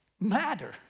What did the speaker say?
matter